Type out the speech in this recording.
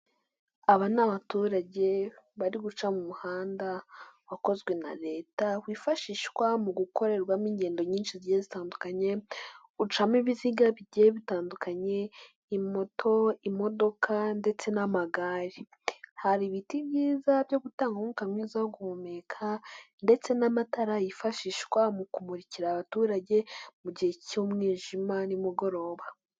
Aba ni abaturage bari guca mu muhanda wakozwe na leta wifashishwa mu gukorerwamo ingendo nyinshi zigiye zitandukanye, ucamo ibiziga bigiye bitandukanye imoto, imodoka ndetse n'amagare, hari ibiti byiza byo gutanga umwuka mwiza wo guhumeka ndetse n'amatara yifashishwa mu kumurikira abaturage mu gihe cy'umwijima nimugoroba.